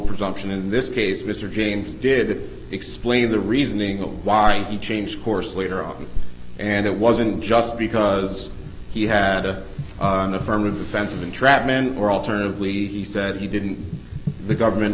presumption in this case mr james did explain the reasoning on why he changed course later on and it wasn't just because he had a affirmative defense of entrapment or alternatively he said he didn't the government